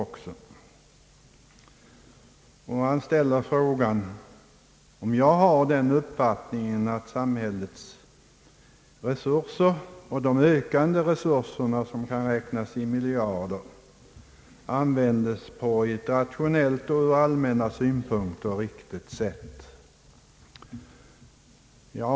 Herr Persson frågade, om jag har den uppfattningen att samhällets resurser — och de ökande resurserna, som kan räknas i miljarder — används på ett rationellt och ur allmänna synpunkter riktigt sätt.